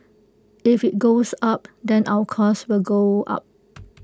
if IT goes up then our cost will go up